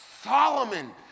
Solomon